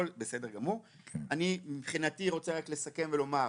אני רוצה רק לסכם ולומר,